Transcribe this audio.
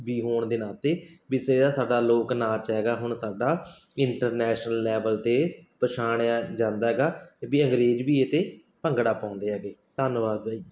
B ਹੋਣ ਦੇ ਨਾਤੇ ਵੀ ਜਿਹੜਾ ਸਾਡਾ ਲੋਕ ਨਾਚ ਹੈਗਾ ਹੁਣ ਸਾਡਾ ਇੰਟਰਨੈਸ਼ਨਲ ਲੈਵਲ 'ਤੇ ਪਛਾਣਿਆ ਜਾਂਦਾ ਹੈਗਾ ਵੀ ਅੰਗਰੇਜ਼ ਵੀ ਇਹਤੇ ਭੰਗੜਾ ਪਾਉਂਦੇ ਹੈਗੇ ਧੰਨਵਾਦ